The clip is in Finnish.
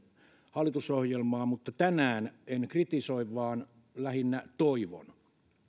hallitusohjelmaa mutta tänään en kritisoi vaan lähinnä toivon